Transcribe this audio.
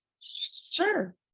Sure